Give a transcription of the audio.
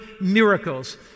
miracles